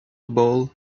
bowl